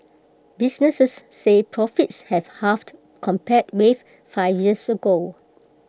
businesses said profits have halved compared with five years ago